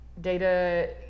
data